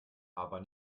aber